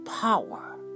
power